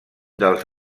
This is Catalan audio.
dels